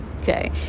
okay